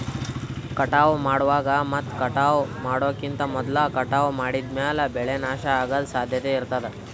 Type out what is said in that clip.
ಕಟಾವ್ ಮಾಡುವಾಗ್ ಮತ್ ಕಟಾವ್ ಮಾಡೋಕಿಂತ್ ಮೊದ್ಲ ಕಟಾವ್ ಮಾಡಿದ್ಮ್ಯಾಲ್ ಬೆಳೆ ನಾಶ ಅಗದ್ ಸಾಧ್ಯತೆ ಇರತಾದ್